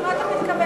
מה אתה מתכוון?